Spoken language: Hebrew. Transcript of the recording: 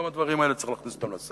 גם את הדברים האלה צריך להכניס לסל,